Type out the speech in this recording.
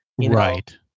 Right